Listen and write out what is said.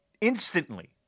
Instantly